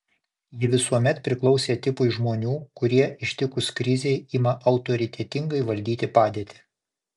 ji visuomet priklausė tipui žmonių kurie ištikus krizei ima autoritetingai valdyti padėtį